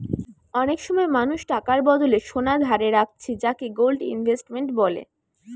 অনেক সময় মানুষ টাকার বদলে সোনা ধারে রাখছে যাকে গোল্ড ইনভেস্টমেন্ট বলে